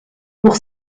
pour